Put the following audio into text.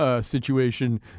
situation